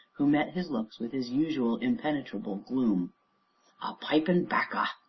who met his looks with his usual impenetrable gloom. a pipe and bacca!